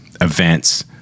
events